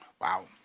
Wow